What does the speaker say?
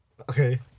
Okay